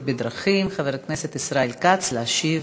בדרכים חבר הכנסת ישראל כץ להשיב.